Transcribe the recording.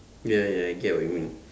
ya ya I get what you mean